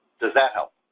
does that help?